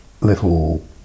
little